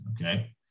okay